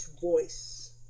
voice